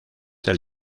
del